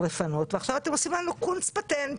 לפנות ועכשיו אתם עושים לנו קונץ פטנט.